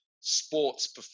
sports